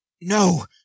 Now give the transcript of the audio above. no